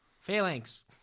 phalanx